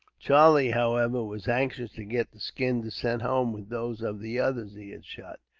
charlie, however, was anxious to get the skin to send home, with those of the others he had shot,